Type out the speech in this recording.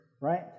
right